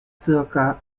zirka